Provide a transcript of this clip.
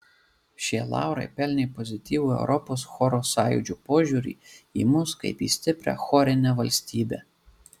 šie laurai pelnė pozityvų europos choro sąjūdžio požiūrį į mus kaip į stiprią chorinę valstybę